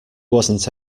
wasn’t